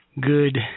good